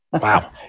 Wow